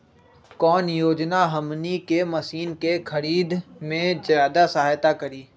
कौन योजना हमनी के मशीन के खरीद में ज्यादा सहायता करी?